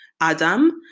Adam